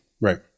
right